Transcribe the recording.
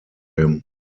him